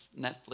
Netflix